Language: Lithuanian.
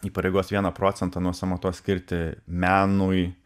įpareigos vieną procentą nuo sąmatos skirti menui